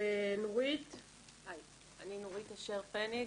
אני נמצא במבנה היסטורי מ-1886,